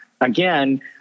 again